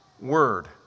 word